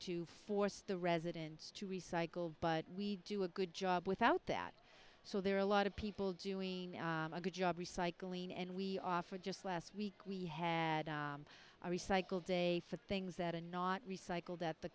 to force the residents to recycle but we do a good job without that so there are a lot of people doing a good job recycling and we offer just last week we had our recycle day for things that are not recycled that the